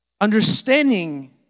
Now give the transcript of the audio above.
understanding